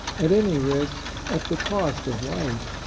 at any risk, at the cost of life,